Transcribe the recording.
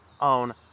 own